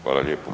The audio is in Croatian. Hvala lijepa.